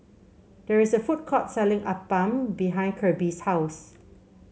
there is a food court selling appam behind Kirby's house